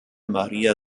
maria